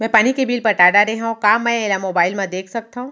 मैं पानी के बिल पटा डारे हव का मैं एला मोबाइल म देख सकथव?